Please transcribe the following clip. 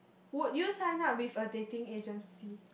would you sign up with a dating agency